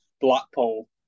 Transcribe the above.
Blackpool